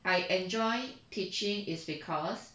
I enjoy teaching is because